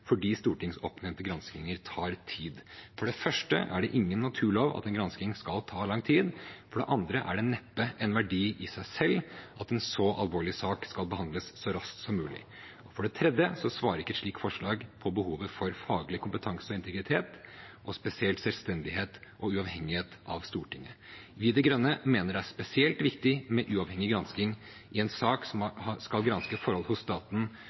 fordi stortingsoppnevnte granskinger tar tid. For det første er det ingen naturlov at en gransking skal ta lang tid. For det andre er det neppe en verdi i seg selv at en så alvorlig sak skal behandles så raskt som mulig. For det tredje svarer ikke et slikt forslag på behovet for faglig kompetanse og integritet og spesielt selvstendighet og uavhengighet av Stortinget. Vi i De Grønne mener det er spesielt viktig med uavhengig gransking i en sak som skal granske forhold hos staten